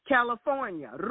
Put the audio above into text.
California